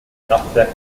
kraftwerk